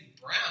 brown